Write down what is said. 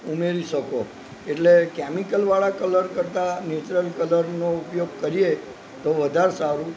ઉમેરી શકો એટલે કેમિકલવાળા કલર કરતાં નેચરલ કલરનો ઉપયોગ કરીએ તો વધારે સારું